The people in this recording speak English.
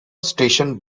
station